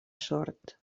sort